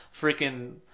freaking